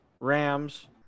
Rams